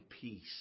peace